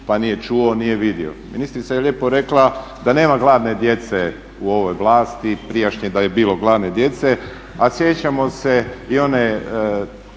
pa nije čuo, nije vidio. Ministrica je lijepo rekla da nema gladne djece u ovoj vlasti, prijašnje da je bilo gladne djece, a sjećamo se i one